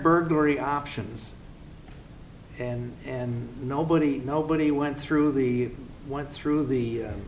burglary options and and nobody nobody went through the went through the